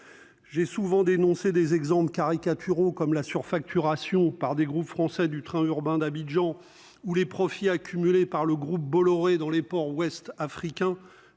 J'ai souvent dénoncé des exemples caricaturaux comme la surfacturation par des groupes français du train urbain d'Abidjan où les profits accumulés par le groupe Bolloré dans les ports ouest africains